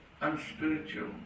unspiritual